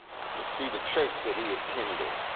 can see the church that he attended.